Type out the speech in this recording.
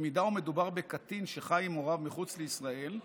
אם מדובר בקטין שחי עם הוריו בחוץ לישראל,